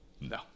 No